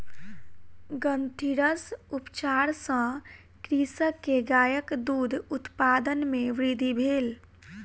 ग्रंथिरस उपचार सॅ कृषक के गायक दूध उत्पादन मे वृद्धि भेल